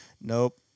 Nope